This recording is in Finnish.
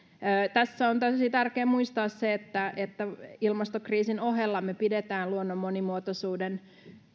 tässä on tosi tärkeää muistaa se että että ilmastokriisin ohella me pidämme luonnon monimuotoisuuden